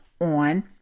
on